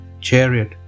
chariot